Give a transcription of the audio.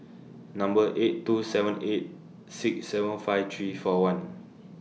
Number eight two seven eight six seven five three four one